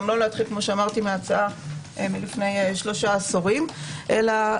גם לא להתחיל מההצעה לפני שלוש עשורים אלא